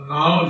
now